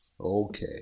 Okay